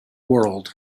world